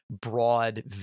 broad